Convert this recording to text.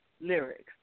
lyrics